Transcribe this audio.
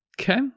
okay